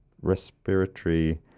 respiratory